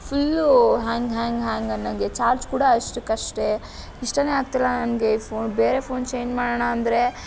full hang hang hang ಅನ್ನಂಗೆ charge ಕೂಡಾ ಅಷ್ಟಕಷ್ಟೆ ಇಷ್ಟನೇ ಆಗ್ತಿಲ್ಲ ನನಗೆ ಈ ಫೋನ್ ಬೇರೆ ಫೋನ್ ಚೇಂಜ್ ಮಾಡೋಣ ಅಂದರೆ